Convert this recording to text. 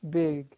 big